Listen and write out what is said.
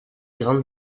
grandes